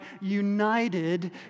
united